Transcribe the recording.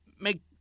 make